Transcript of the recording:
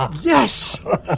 Yes